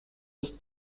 ist